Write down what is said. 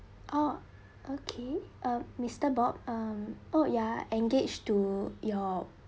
oh okay uh mister bob um oh you're engaged to your